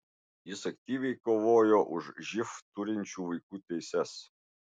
jis aktyviai kovojo už živ turinčių vaikų teises